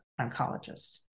oncologist